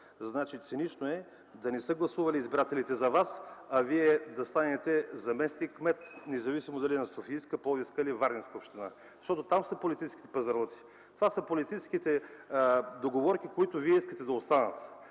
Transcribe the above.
правите! Цинично е да не са гласували избирателите за вас, а вие да станете заместник-кмет, независимо дали на Софийска, Пловдивска или Варненска община. Защото там са политическите пазарлъци. Това са политическите договорки, които вие искате да останат.